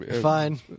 Fine